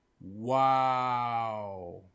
wow